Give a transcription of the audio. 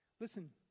Listen